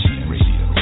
Radio